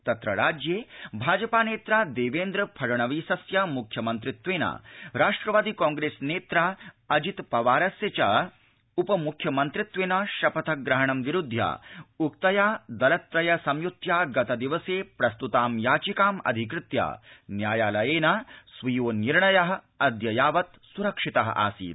तत्र राज्यश्राजपा नही दक्कि फड़णवीसस्य मुख्यमन्त्रित्वक्त राष्ट्रवादि कांग्रस्तिनही अजित पवारस्य च उप मुख्यमन्त्रित्व ्रापथ ग्रहणं विरुध्य उक्तया दलत्रय संयुत्या गतदिवस प्रिस्तता याचिकामधिकृत्य न्यायालया स्वीयो निर्णय अद्य यावत् सुरक्षित आसीत्